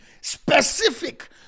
Specific